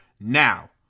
now